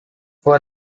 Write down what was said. for